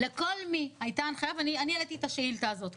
לכל מי, הייתה הנחיה, אני העליתי את השאילתה הזאת.